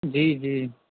جی جی